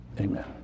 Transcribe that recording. Amen